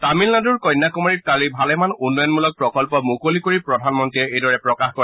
তামিলনাডুৰ কন্যাকুমাৰীত কালি ভালেমান উন্নয়নমূলক প্ৰকল্প মুকলি কৰি প্ৰধানমন্ত্ৰীয়ে এইদৰে প্ৰকাশ কৰে